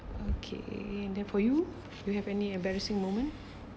okay then for you you have any embarrassing moment